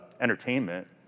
entertainment